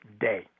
day